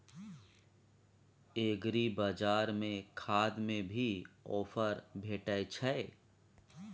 एग्रीबाजार में खाद में भी ऑफर भेटय छैय?